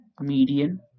median